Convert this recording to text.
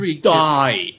die